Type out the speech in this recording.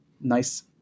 nice